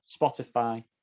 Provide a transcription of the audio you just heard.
Spotify